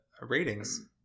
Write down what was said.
ratings